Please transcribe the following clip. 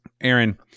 Aaron